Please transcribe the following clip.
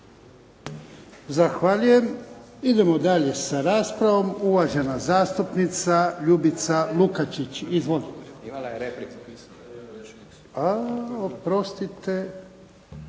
Zahvaljujem. Idemo dalje sa raspravom. Uvažena zastupnica Ljubica Lukačić. Izvolite. **Leko, Josip